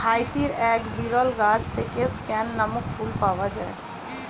হাইতির এক বিরল গাছ থেকে স্ক্যান নামক ফুল পাওয়া যায়